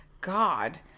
god